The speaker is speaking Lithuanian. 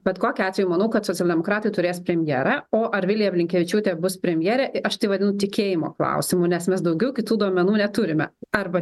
bet kokiu atveju manau kad socialdemokratai turės premjerą o ar vilija blinkevičiūtė bus premjerė aš tai vadinu tikėjimo klausimu nes mes daugiau kitų duomenų neturime arba